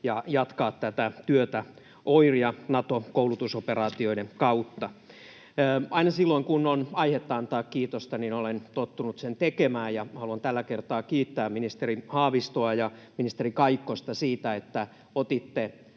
ja jatkaa tätä työtä OIR- ja Nato-koulutusoperaatioiden kautta. Aina silloin kun on aihetta antaa kiitosta, olen tottunut sen tekemään, ja haluan tällä kertaa kiittää ministeri Haavistoa ja ministeri Kaikkosta siitä, että otitte